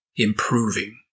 improving